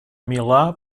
milà